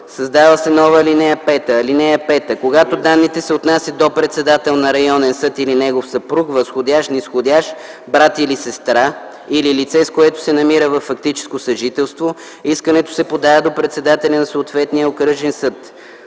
създава се нова ал. 5: (5) Когато данните се отнасят до председател на районен съд или негов съпруг, възходящ, низходящ, брат или сестра или лице, с което се намира във фактическо съжителство, искането се подава до председателя на съответния окръжен съд.”